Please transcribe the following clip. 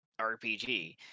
RPG